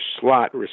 slot